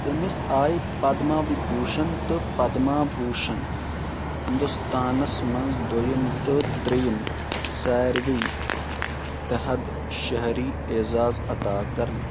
تٔمَس آیہ پدما وِبوُشن تہٕ پدما بُوشن ہندوستانس منٛز دوٚیِم تہٕ ترییِٚم سارِوٕے تہدِ شہری عیزاز عطا كرنہٕ